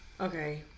Okay